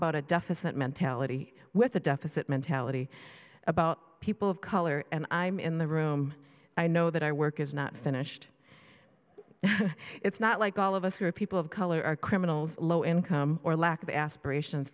about a deficit mentality with a deficit mentality about people of color and i'm in the room i know that our work is not finished it's not like all of us are people of color are criminals low income or lack of aspirations